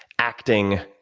acting,